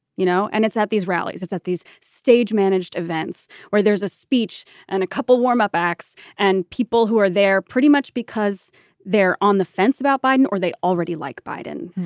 you know, and it's at these rallies, it's at these stage managed events where there's a speech and a couple warm up acts. and people who are there pretty much because they're on the fence about biden or they already like biden.